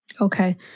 Okay